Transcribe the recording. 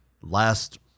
last